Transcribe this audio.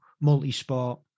multi-sport